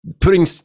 putting